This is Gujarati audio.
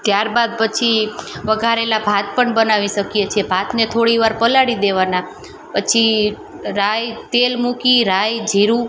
ત્યારબાદ પછી વગારેલા ભાત પણ બનાવી શકીએ છીએ ભાતને થોડી વાર પલાળી દેવાના પછી રાઈ તેલ મૂકી રાઈ જીરું